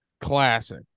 Classic